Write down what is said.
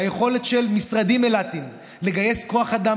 היכולת של משרדים אילתיים לגייס כוח אדם